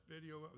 video